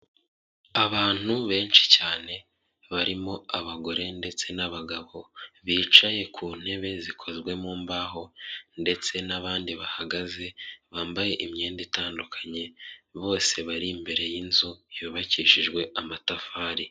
Abantu benshi cyane barimo abagore ndetse n'abagabo bicaye ku ntebe zikozwe mu mbaho ndetse n'abandi bahagaze bambaye imyenda itandukanye, bose bari imbere y'inzu yubakishijwe amatafari.